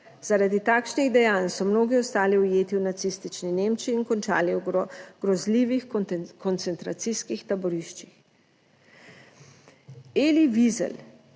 Zaradi takšnih dejanj so mnogi ostali ujeti v nacistični Nemčiji in končali v grozljivih koncentracijskih taboriščih. Elie Wiesel,